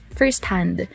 first-hand